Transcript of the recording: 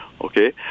okay